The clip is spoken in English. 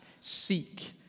seek